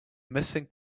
missing